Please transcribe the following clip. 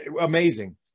Amazing